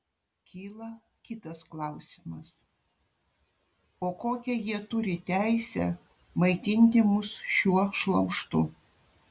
kyla kitas klausimas o kokią jie turi teisę maitinti mus šiuo šlamštu